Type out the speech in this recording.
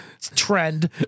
Trend